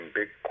big